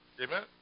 Amen